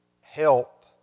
help